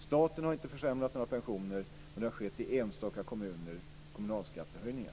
Staten har inte försämrat några pensioner, men i enstaka kommuner har det skett kommunalskattehöjningar.